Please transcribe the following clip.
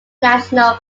national